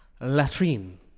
Latrine